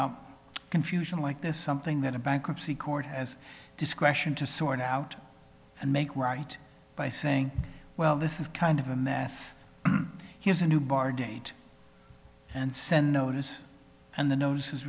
a confusion like this something that a bankruptcy court has discretion to sort out and make right by saying well this is kind of a mess here's a new bar date and send notice and the no